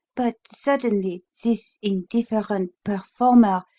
but, suddenly, this indifferent performer,